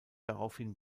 daraufhin